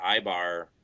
Ibar